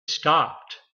stopped